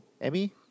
Emmy